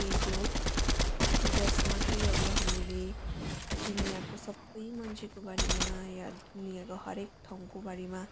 page हो जसमा कि अब हामीले दुनियाको सबै मान्छेको बारेमा या दुनियाको हरेक ठाउँको बारेमा